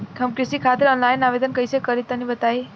हम कृषि खातिर आनलाइन आवेदन कइसे करि तनि बताई?